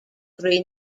three